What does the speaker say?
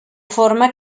forma